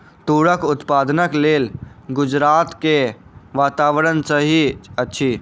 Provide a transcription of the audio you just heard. तूरक उत्पादनक लेल गुजरात के वातावरण सही अछि